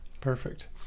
Perfect